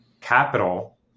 capital